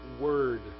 word